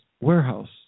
warehouse